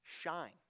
shine